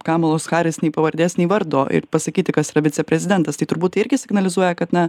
kamalos haris nei pavardės nei vardo ir pasakyti kas yra viceprezidentas tai turbūt irgi signalizuoja kad na